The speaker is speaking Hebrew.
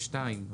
אתה אישרת 22,